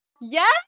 Yes